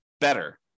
better